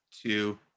two